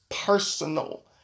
personal